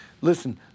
Listen